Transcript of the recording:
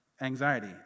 anxiety